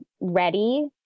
ready